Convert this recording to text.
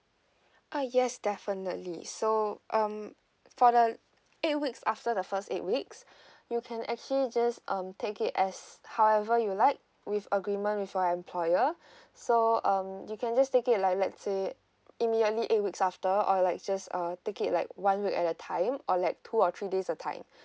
uh yes definitely so um for the eight weeks after the first eight weeks you can actually just um take it as however you like with agreement with your employer so um you can just take it like let's say immediately eight weeks after or like just uh take it like one week at a time or like two or three days at a time